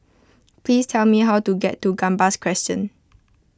please tell me how to get to Gambas Crescent